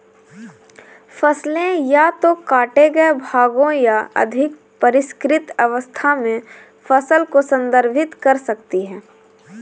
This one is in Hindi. फसलें या तो काटे गए भागों या अधिक परिष्कृत अवस्था में फसल को संदर्भित कर सकती हैं